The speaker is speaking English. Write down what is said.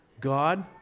God